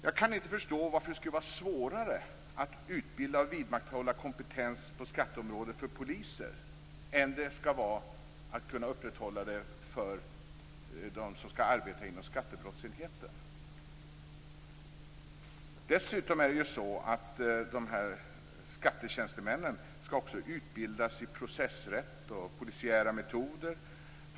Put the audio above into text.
Jag kan inte förstå varför det skulle vara svårare att utbilda och vidmakthålla kompetens på skatteområdet för poliser än det skulle vara att upprätthålla kompetens hos de som skall arbeta inom skattebrottsenheten. Dessutom skall ju skattetjänstemännen utbildas i processrätt och polisiära metoder.